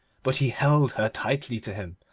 but he held her tightly to him,